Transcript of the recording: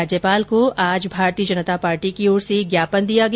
राज्यपाल को आज भारतीय जनता पार्टी की ओर से ज्ञापन दिया गया